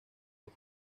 sus